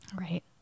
Right